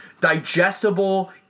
digestible